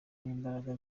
n’imbaraga